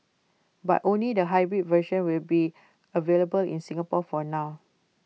but only the hybrid version will be available in Singapore for now